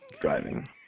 driving